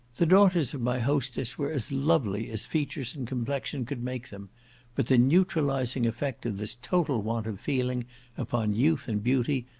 the daughters of my hostess were as lovely as features and complexion could make them but the neutralizing effect of this total want of feeling upon youth and beauty,